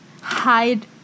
hide